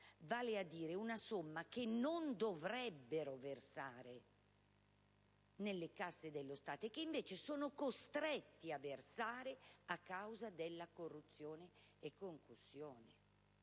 aggiuntiva, una somma che non dovrebbero versare nelle casse dello Stato e che invece sono costretti a versare a causa della corruzione e della concussione.